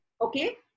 Okay